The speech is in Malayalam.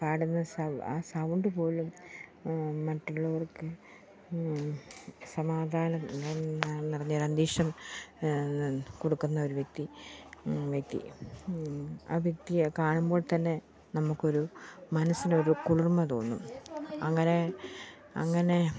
പാടുന്ന ആ സൗണ്ട് പോലും മറ്റുള്ളവർക്ക് സമാധാനം നിറഞ്ഞ ഒരു അന്തരീക്ഷം കൊടുക്കുന്നൊരു വ്യക്തി വ്യക്തി ആ വ്യക്തിയെ കാണുമ്പോൾ തന്നെ നമുക്കൊരു മനസ്സിനൊരു കുളിർമ തോന്നും അങ്ങനെ അങ്ങനെ